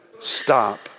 stop